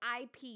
IP